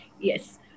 Yes